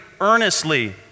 earnestly